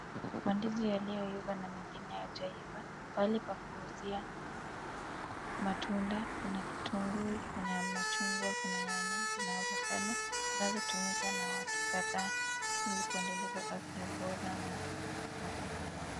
Mandizi yaliyoiva na mengine hayajaiva pale kwa kuuzia matunda kuna kitunguu, kuna machungwa, kuna nyanya, kuna avocado zinazotumika watu kadhaa ili kuendeleza afya bora.